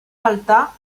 altar